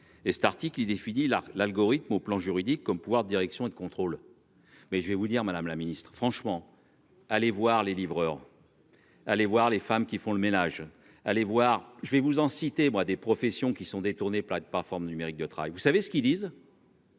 et cet article défini là l'algorithme au plan juridique comme pouvoir direction et de contrôle. Mais je vais vous dire, madame la Ministre, franchement. Allez voir les livreurs. Allez voir les femmes qui font le ménage à les voir, je vais vous en citer moi des professions qui sont détournés plaide pas forme numérique de travail vous savez ce qu'ils disent.